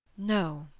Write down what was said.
no,